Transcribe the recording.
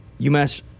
UMass